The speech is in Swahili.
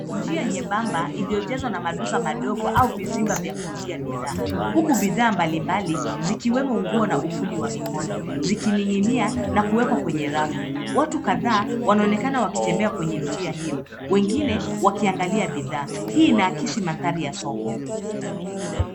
Njia nyebamba iliyojazwa na maduka madogo au vizimba vya kuzia bidhaa. Huku bidhaa mbali mbali, zikiwemo nguo na ufundi wa mikono. Zikininginia na kuwekwa kwenye rafu. Watu kadhaa, wanonekana wakitembea kwenye njia hiyo. Wengine, wakiangalia bidhaa. Hii inaakisi mandari ya soko.